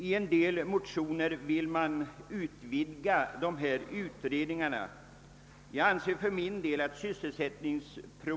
I en del motioner har föreslagits att de pågående utredningarna på området skall utvidgas.